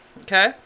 Okay